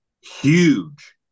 huge